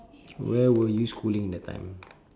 where were you schooling that time